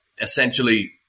essentially